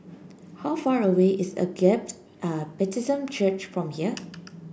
how far away is Agape a Baptist Church from here